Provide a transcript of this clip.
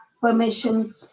permission